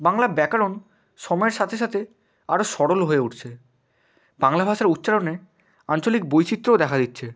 বাংলা ব্যাকরণ সময়ের সাথে সাথে আরও সরল হয়ে উঠছে বাংলা ভাষার উচ্চারণে আঞ্চলিক বৈচিত্র্যও দেখা দিচ্ছে